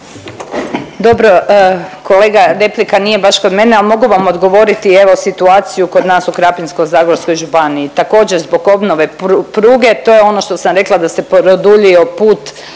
Dobro, kolega replika nije baš kod mene, al mogu vam odgovoriti evo situaciju kod nas u Krapinsko-zagorskoj županiji. Također zbog obnove pruge, to je ono što sam rekla da se produljio put